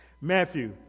Matthew